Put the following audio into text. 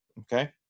Okay